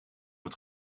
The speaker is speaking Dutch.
het